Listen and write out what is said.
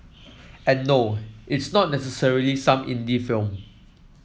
and no it's not necessarily some indie film